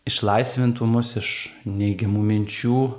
išlaisvintų mus iš neigiamų minčių